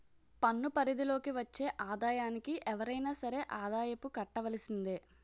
పన్ను పరిధి లోకి వచ్చే ఆదాయానికి ఎవరైనా సరే ఆదాయపు కట్టవలసిందే